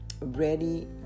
ready